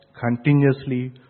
continuously